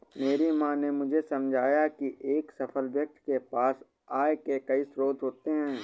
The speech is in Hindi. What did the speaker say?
मेरी माँ ने मुझे समझाया की एक सफल व्यक्ति के पास आय के कई स्रोत होते हैं